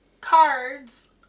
cards